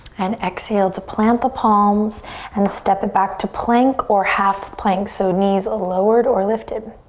and exhale to plant the palms and step it back to plank or half plank. so knees lowered or lifted.